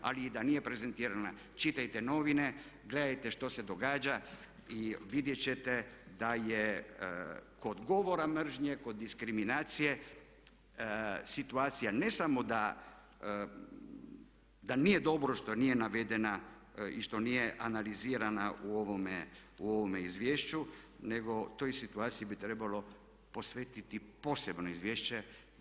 Ali i da nije prezentirana, čitajte novine, gledajte što se događa i vidjeti ćete da je kod govora mržnje, kod diskriminacije situacija ne samo da nije dobro što nije navedena i što nije analizirana u ovome izvješću, nego toj situaciji bi trebalo posvetiti posebno izvješće.